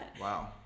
Wow